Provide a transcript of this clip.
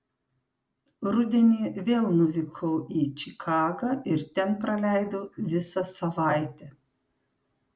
rudenį vėl nuvykau į čikagą ir ten praleidau visą savaitę